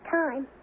time